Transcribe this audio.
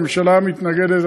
הממשלה מתנגדת,